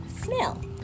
snail